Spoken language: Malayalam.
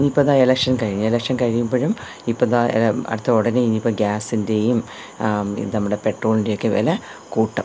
ഇപ്പം ദാ ഇലക്ഷൻ കഴിഞ്ഞ് ഇലക്ഷൻ കഴിയുമ്പോഴും ഇപ്പം ദാ അടുത്ത ഉടനെ ഇനിയിപ്പം ഗ്യാസ്സിൻറ്റെയും നമ്മുടെ പെട്രോളിന്റെയൊക്കെ വില കൂട്ടും